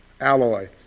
alloy